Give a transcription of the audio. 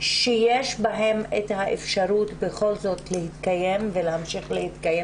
שיש בהם את האפשרות בכל זאת להתקיים ולהמשיך להתקיים